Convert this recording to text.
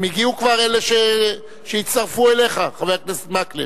הם הגיעו כבר, אלה שהצטרפו אליך, חבר הכנסת מקלב?